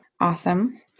Awesome